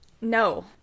No